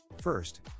First